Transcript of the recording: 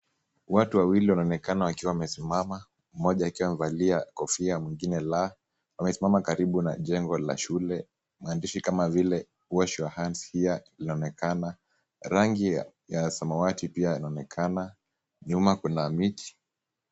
Watu wawili wanaonekana wakiwa wamesimama. Mmoja akiwa amevalia kofia, mwingine la. Wamesimama karibu na jengo la shule. Maandishi kama vile wash your hands here inaonekana rangi ya samawati pia inaonekana ,nyuma kuna miti.